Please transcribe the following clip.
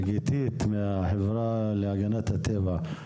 גיתית, מהחברה להגנת הטבע, בבקשה.